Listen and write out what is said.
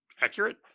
accurate